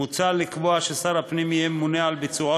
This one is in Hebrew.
מוצע לקבוע ששר הפנים יהיה ממונה על ביצועו